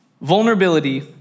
Vulnerability